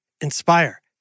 inspire